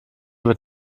wird